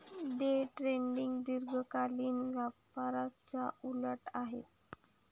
day trading दीर्घकालीन व्यापाराच्या उलट आहे